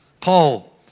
Paul